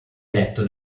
eletto